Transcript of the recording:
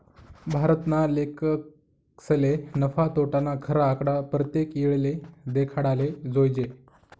भारतना लेखकसले नफा, तोटाना खरा आकडा परतेक येळले देखाडाले जोयजे